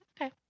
Okay